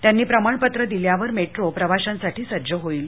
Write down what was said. त्यांनी प्रमाण पत्र दिल्यावर मेट्रो प्रवाशांसाठी सज्ज होईल